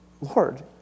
Lord